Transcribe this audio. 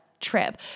trip